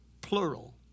plural